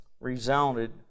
resounded